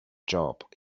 job